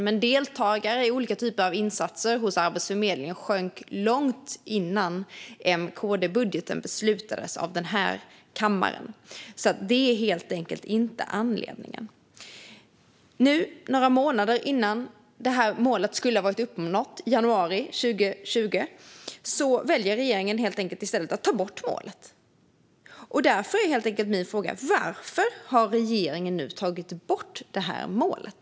Dock sjönk deltagandet i olika typer av insatser hos Arbetsförmedlingen långt innan MKD-budgeten beslutades av kammaren, så den är inte anledningen. Nu, några månader före januari 2020 då målet skulle vara uppnått, väljer regeringen att ta bort målet. Därför blir min fråga: Varför har regeringen tagit bort målet?